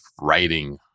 writing